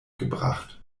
gebracht